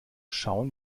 schauen